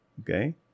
Okay